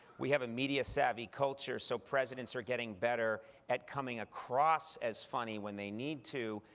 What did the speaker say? we have a media savvy culture, so presidents are getting better at coming across as funny when they need to,